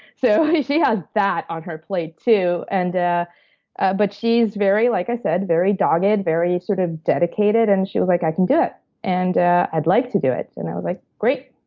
so, she has that on her plate, too, and ah ah but she's very like i said very dogged, and very sort of dedicated, and she was like, i can do it and i'd like to do it. and i was like, great,